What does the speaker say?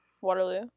waterloo